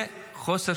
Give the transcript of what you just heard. זה חוסר